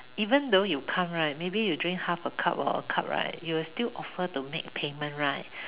even though you come right maybe you drink half a cup or a cup right you will still offer to make payment right